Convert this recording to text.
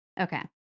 okay